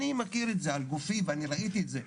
אני מכיר את זה על גופי אני ראיתי את זה,